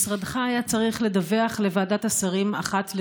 משרדך היה צריך לדווח לוועדת השרים אחת לרבעון.